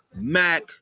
Mac